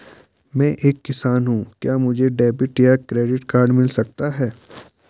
मैं एक किसान हूँ क्या मुझे डेबिट या क्रेडिट कार्ड मिल सकता है?